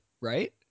right